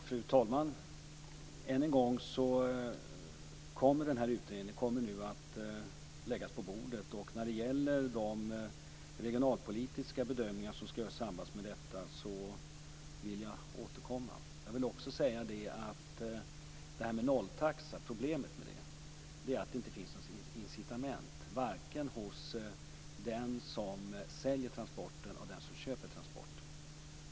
Fru talman! Än en gång vill jag säga att denna utredning kommer att läggas på bordet. Och när det gäller de regionalpolitiska bedömningar som skall göras i samband med detta vill jag återkomma. Jag vill också säga att problemet med nolltaxa är att det inte finns något incitament för det, vare sig hos den som säljer transporten eller hos den som köper transporten.